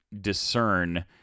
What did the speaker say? discern